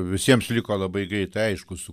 visiems liko labai greitai aišku su